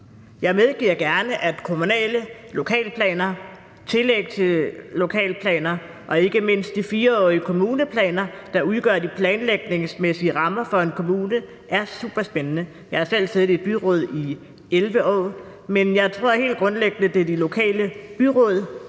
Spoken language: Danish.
Jeg medgiver gerne, at kommunale lokalplaner og tillæg til lokalplaner og ikke mindst de 4-årige kommuneplaner, der udgør de planlægningsmæssige rammer for en kommune, er superspændende. Jeg har selv siddet i et byråd i 11 år, men jeg tror helt grundlæggende, at det, at de lokale byråd